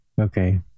Okay